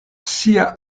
sia